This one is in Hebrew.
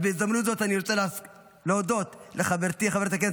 אז בהזדמנות זו אני רוצה להודות לחברתי חברת הכנסת